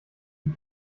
die